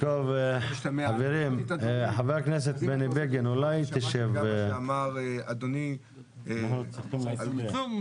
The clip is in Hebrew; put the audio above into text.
שמעתי גם מה שאמר אדוני --- בקיצור,